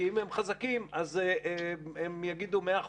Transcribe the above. כי אם הם חזקים הם יגידו: מאה אחוז,